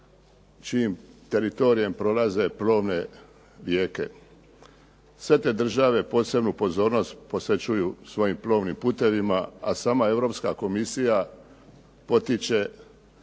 čijim teritorijem prolaze plovne rijeke. Sve te države posebnu pozornost posvećuju svojim plovnim putevima, a sama Europska komisija potiče